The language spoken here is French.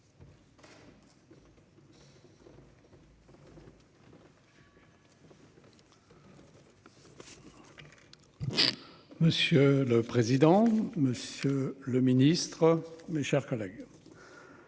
Monsieur le président, Monsieur le Ministre, mes chers collègues.